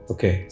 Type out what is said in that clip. Okay